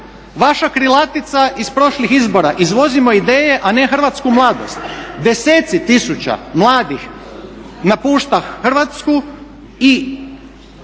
Vaša krilatica iz prošlih izbora ″Izvozimo ideje, a ne hrvatsku mladost″. Deseci tisuća mladih napušta Hrvatsku i